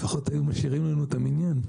לפחות היו משאירים לנו את המניין.